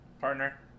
Partner